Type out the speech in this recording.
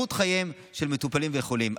ואיכות חייהם של מטופלים וחולים.